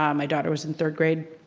um my daughter was in third grade.